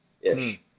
ish